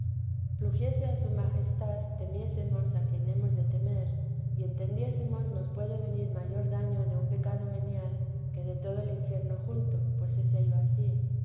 pluguiese a su majestad temiésemos a quien hemos de temer y entendiésemos nos puede venir mayor daño de un pecado venial que de todo el infierno junto pues es ello ansí qué